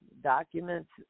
documents